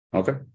okay